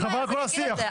לא שירותי גבייה.